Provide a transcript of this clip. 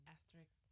Asterisk